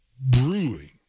brewing